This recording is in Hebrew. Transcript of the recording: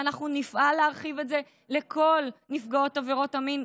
ואנחנו נפעל להרחיב את זה לכל נפגעות עברות המין,